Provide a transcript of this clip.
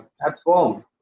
platform